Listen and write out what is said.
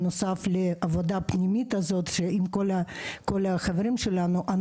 בנוסף לעבודה הפנימית הזאת עם כל החברים שלנו,